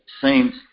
seems